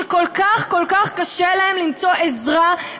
שכל כך כל כך קשה להם למצוא עזרה,